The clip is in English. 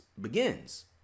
begins